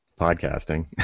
Podcasting